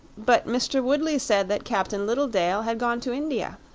but mr. woodley said that captain littledale had gone to india.